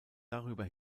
darüber